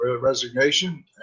resignation